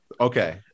okay